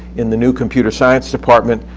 in the new computer science department,